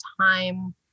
time